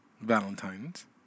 valentines